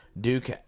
Duke